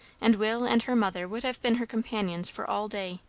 and will and her mother would have been her companions for all day.